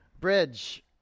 Bridge